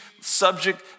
subject